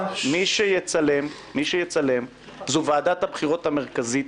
מי שתצלם זו ועדת הבחירות המרכזית,